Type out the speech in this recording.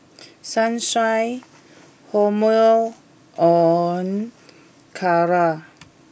Sunshine Hormel on Kara